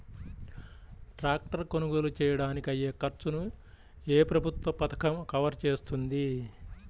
Tractor కొనుగోలు చేయడానికి అయ్యే ఖర్చును ఏ ప్రభుత్వ పథకం కవర్ చేస్తుంది?